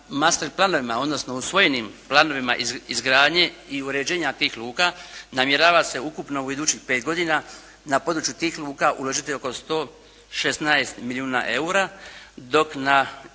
master planovima odnosno usvojenim planovima izgradnje i uređenja tih luka namjerava se ukupno u idućih 5 godina na području tih luka uložiti oko 116 milijuna EUR-a dok na